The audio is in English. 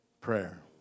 prayer